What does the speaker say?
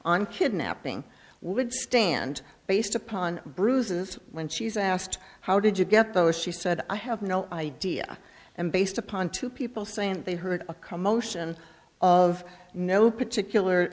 on kidnapping would stand based upon bruises when she's asked how did you get those she said i have no idea and based upon two people saying they heard a commotion of no particular